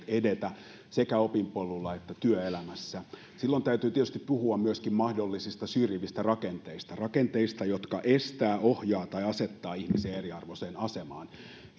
edetä sekä opinpolulla että työelämässä silloin täytyy tietysti puhua myöskin mahdollisista syrjivistä rakenteista rakenteista jotka estävät ohjaavat tai asettavat ihmisiä eriarvoiseen asemaan